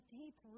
deep